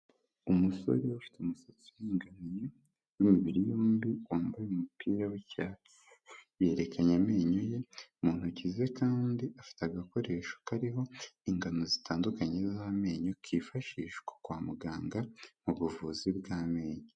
Umusore ufite umusatsi uringaniye, w'imibiri yombi wambaye umupira w'icyatsi, berekanye amenyo ye, mu ntoki ze kandi afite agakoresho kariho ingano zitandukanye z'amenyo kifashishwa kwa muganga mu buvuzi bw'amenyo.